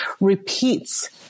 repeats